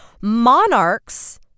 Monarchs